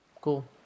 Cool